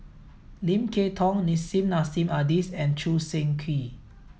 Lim Kay Tong Nissim Nassim Adis and Choo Seng Quee